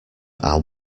are